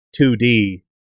2D